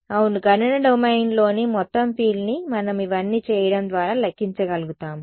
అవును గణన డొమైన్లోని మొత్తం ఫీల్డ్ని మనం ఇవన్నీ చేయడం ద్వారా లెక్కించగలుగుతాము